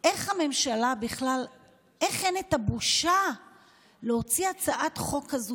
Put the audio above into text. איך לממשלה אין בכלל בושה להוציא הצעת חוק כזאת